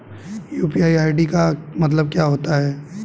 UPI ID का मतलब क्या होता है?